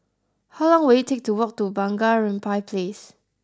how long will it take to walk to Bunga Rampai Place